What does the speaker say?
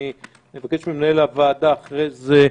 אבקש ממנהל הוועדה אחרי זה.